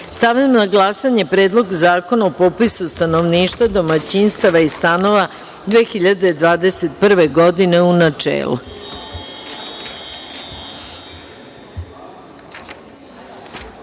glasanje. Stavljam na glasanje Predlog zakona o popisu stanovništva, domaćinstava i stanova 2021. godine, u